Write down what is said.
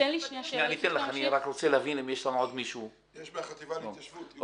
יש מהחטיבה להתיישבות.